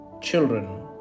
children